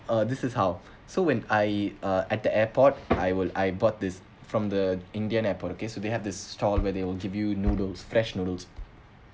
uh this is how so when I uh at the airport I will I bought this from the india airport case so they have this stall where they will give you noodles fresh noodles